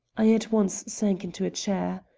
i at once sank into a chair.